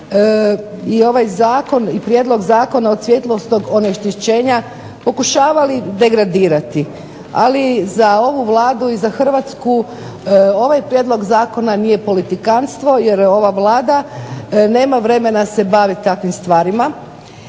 i ovaj Zakon o zaštiti okoliša i Zakon o svjetlosnog onečišćenja pokušavali degradirati, ali za ovu Vladu i za Hrvatsku ovaj Prijedlog zakona nije politikanstvo jer ova Vlada nema vremena se baviti takvim stvarima.